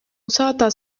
usata